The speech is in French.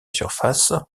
surface